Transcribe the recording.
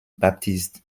baptised